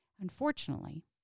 Unfortunately